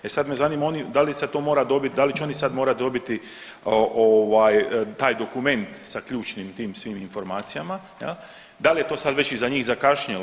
E sad me zanima da li se to mora dobiti, da li će oni sad morati dobiti taj dokument sa ključnim tim svim informacijama, da li je to sad već i za njih zakašnjelo.